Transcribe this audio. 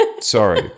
Sorry